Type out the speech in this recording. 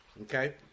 okay